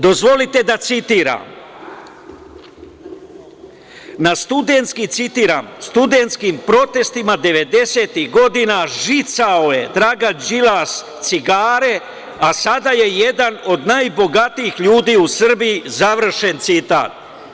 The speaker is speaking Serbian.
Dozvolite da citiram- na studentski citiram protestima devedesetih godina žicao je Dragan Đilas cigare, a sada je jedan od najbogatijih ljudi u Srbiji, završen citat.